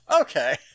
Okay